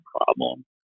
problem